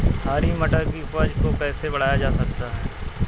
हरी मटर की उपज को कैसे बढ़ाया जा सकता है?